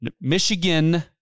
Michigan